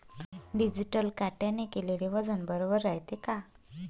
Digital काट्याने केलेल वजन बरोबर रायते का?